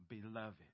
beloved